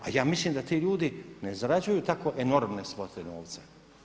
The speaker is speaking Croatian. A ja mislim da ti ljudi ne zarađuju tako enormne svote novca.